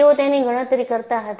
તેઓ એની ગણતરી કરતા હતા